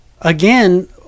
again